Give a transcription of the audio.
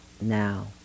now